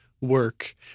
work